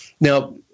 Now